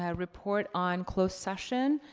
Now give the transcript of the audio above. ah report on closed session.